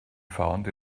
found